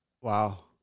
Wow